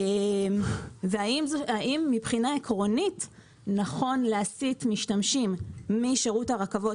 וכן האם מבחינה עקרונית נכון להסיט משתמשים משירות הרכבות,